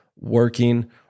working